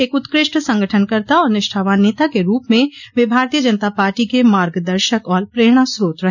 एक उत्कृष्ट संगठनकर्ता और निष्ठावान नेता के रूप में वे भारतीय जनता पार्टी के मार्ग दर्शक और प्रेरणा स्रोत रहे